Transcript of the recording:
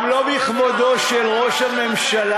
גם לא בכבודו של ראש הממשלה.